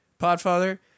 Podfather